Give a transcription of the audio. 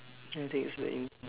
anything it's like you